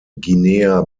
guinea